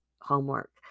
homework